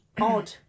odd